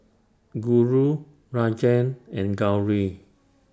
Guru Rajan and Gauri